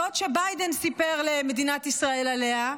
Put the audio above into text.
זאת שביידן סיפר למדינת ישראל עליה,